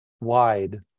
wide